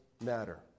matter